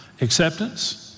acceptance